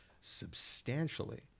substantially